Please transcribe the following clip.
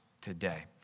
today